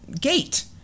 gate